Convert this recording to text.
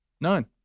none